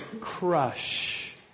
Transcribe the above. crush